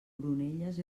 oronelles